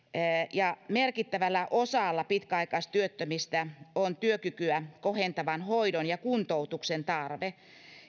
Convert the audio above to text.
ja merkittävällä osalla pitkäaikaistyöttömistä on työkykyä kohentavan hoidon ja kuntoutuksen tarve